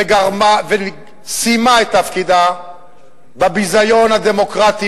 וסיימה את תפקידה בביזיון הדמוקרטי